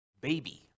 baby